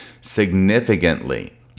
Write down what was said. significantly